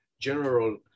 general